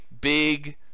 big